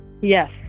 Yes